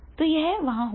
तो यह वहाँ होगा